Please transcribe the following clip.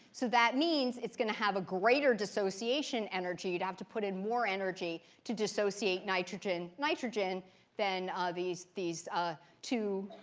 so that means it's going to have a greater dissociation energy. you'd have to put in more energy to dissociate nitrogen nitrogen than ah these these two